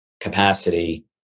capacity